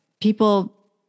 People